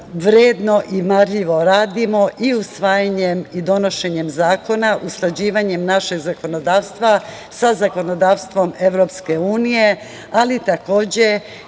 i marljivo radimo i usvajanjem i donošenjem zakona, usklađivanjem našeg zakonodavstva sa zakonodavstvom EU, ali takođe